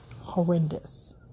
horrendous